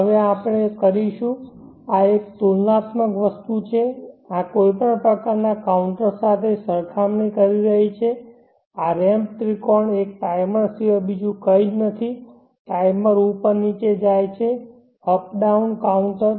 હવે આપણે કરીશું આ એક તુલનાત્મક વસ્તુ છે આ કોઈક પ્રકારનાં કાઉન્ટર સાથે સરખામણી કરી રહી છે આ રેમ્પ ત્રિકોણ એક ટાઈમર સિવાય બીજું કંઈ નથી ટાઈમર ઉપર અને નીચે જાય છે અપ ડાઉન કાઉન્ટર